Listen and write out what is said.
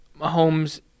Mahomes